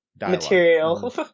material